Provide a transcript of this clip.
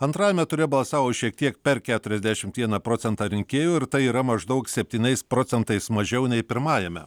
antrajame ture balsavo šiek tiek per keturiasdešimt vieną procentą rinkėjų ir tai yra maždaug septyniais procentais mažiau nei pirmajame